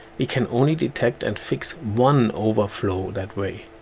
we can only detect and fix one overflow that way.